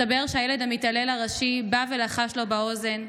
מסתבר שהילד המתעלל הראשי בא ולחש לו באוזן: